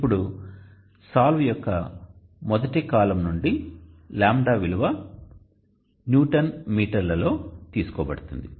ఇప్పుడు SOLVE యొక్క మొదటి కాలమ్ నుండి λ విలువ న్యూటన్ మీటర్ లలో తీసుకోబడుతుంది